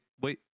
wait